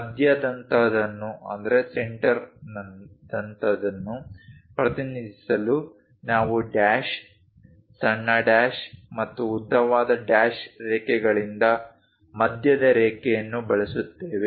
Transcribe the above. ಮಧ್ಯದಂತಹದನ್ನು ಪ್ರತಿನಿಧಿಸಲು ನಾವು ಡ್ಯಾಶ್ ಸಣ್ಣ ಡ್ಯಾಶ್ ಮತ್ತು ಉದ್ದವಾದ ಡ್ಯಾಶ್ ರೇಖೆಗಳಿಂದ ಮಧ್ಯದ ರೇಖೆಯನ್ನು ಬಳಸುತ್ತೇವೆ